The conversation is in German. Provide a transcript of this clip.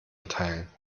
erteilen